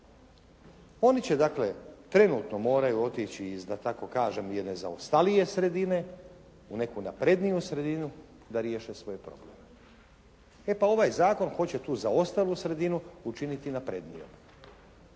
Oni će dakle, trenutno moraju otići iz da tako kažem jedne zaostalije sredine u neku napredniju sredinu da riješe svoj problem. E pa ovaj zakon hoće tu zaostalu sredinu učiniti naprednijom.